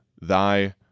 thy